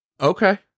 Okay